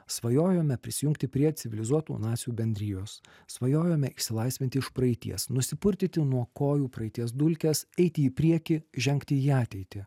svajojome prisijungti prie civilizuotų nacijų bendrijos svajojome išsilaisvinti iš praeities nusipurtyti nuo kojų praeities dulkes eiti į priekį žengti į ateitį